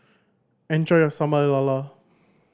enjoy your Sambal Lala